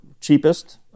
cheapest